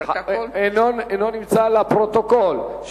שאינו נמצא, לפרוטוקול.